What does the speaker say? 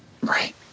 Right